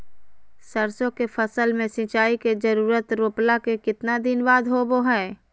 सरसों के फसल में सिंचाई के जरूरत रोपला के कितना दिन बाद होबो हय?